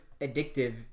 addictive